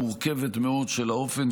תנאי העבודה של עובדיה,